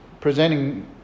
presenting